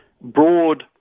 broad